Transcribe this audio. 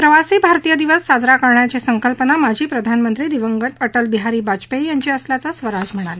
प्रवासी भारतीय दिवस साजरा करण्याची संकल्पना माजी प्रधानमंत्री दिवंगत अटलबिहारी वाजपेयी यांची असल्याचं स्वराज म्हणाल्या